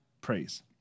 praise